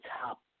top